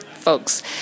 folks